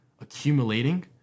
accumulating